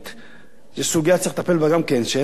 זו סוגיה שצריך לטפל בה גם כן, שאין לה שום הצדקה.